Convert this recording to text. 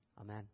Amen